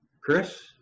Chris